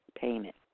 payment